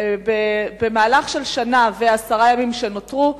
במהלך של השנה ועשרת הימים שנותרו,